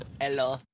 Hello